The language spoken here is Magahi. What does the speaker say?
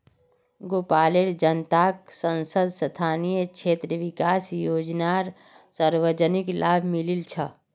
भोपालेर जनताक सांसद स्थानीय क्षेत्र विकास योजनार सर्वाधिक लाभ मिलील छ